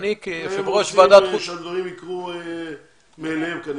הם רוצים שהדברים יקרו מאליהם כנראה.